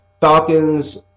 Falcons